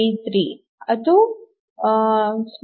7330